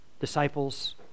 disciples